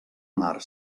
mar